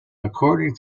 according